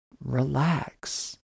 relax